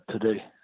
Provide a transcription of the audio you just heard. today